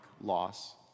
loss